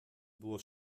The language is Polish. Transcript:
było